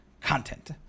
Content